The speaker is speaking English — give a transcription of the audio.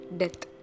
death